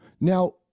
now